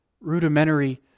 rudimentary